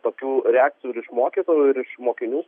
tokių reakcijų ir iš mokytojų ir iš mokinių